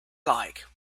like